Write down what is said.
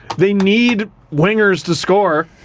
they need wingers to score.